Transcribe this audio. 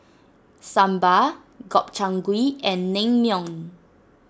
Sambar Gobchang Gui and Naengmyeon